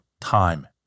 time